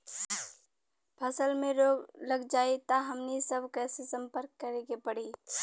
फसल में रोग लग जाई त हमनी सब कैसे संपर्क करें के पड़ी?